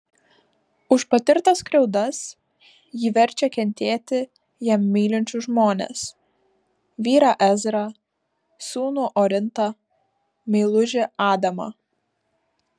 už patirtas skriaudas ji verčia kentėti ją mylinčius žmones vyrą ezrą sūnų orintą meilužį adamą